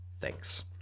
Thanks